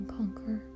conquer